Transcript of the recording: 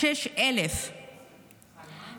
6,000,